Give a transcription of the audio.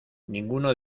ninguno